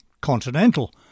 continental